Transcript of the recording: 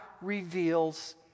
reveals